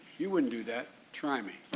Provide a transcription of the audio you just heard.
you wouldn't do that. try me.